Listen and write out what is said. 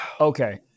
okay